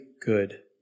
good